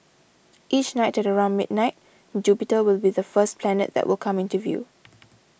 each night at around midnight Jupiter will be the first planet that will come into view